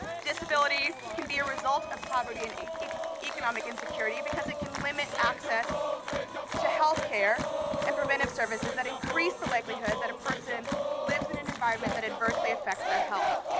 disability can be a result of poverty and economic insecurity because it can limit access to healthcare and preventive services that increase the likelihood that a person lives in an environment that adversely affects their health.